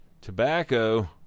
Tobacco